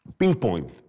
pinpoint